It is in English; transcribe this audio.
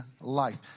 life